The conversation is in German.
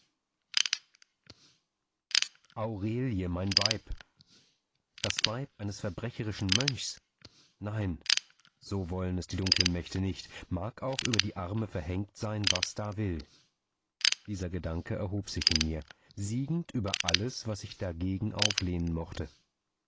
aurelie mein weib das weib eines verbrecherischen mönchs nein so wollen es die dunklen mächte nicht mag auch über die arme verhängt sein was da will dieser gedanke erhob sich in mir siegend über alles was sich dagegen auflehnen mochte